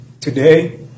Today